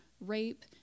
rape